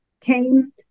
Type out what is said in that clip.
came